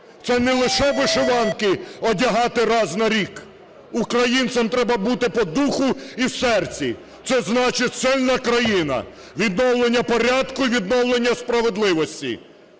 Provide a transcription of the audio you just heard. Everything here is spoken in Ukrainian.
Це не лише вишиванки одягати раз на рік, українцем треба бути по духу і в серці. Це значить сильна країна, відновлення порядку і відновлення справедливості,